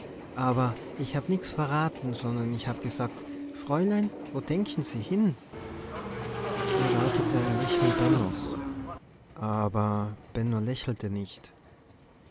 aber ich hab nix verraten sondern ich hab gesagt fräulein wo denken se hin sie erwartete ein lächeln bennos aber benno lächelte nicht